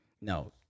no